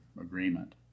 agreement